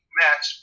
match